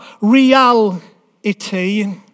reality